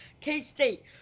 K-State